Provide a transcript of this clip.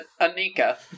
Anika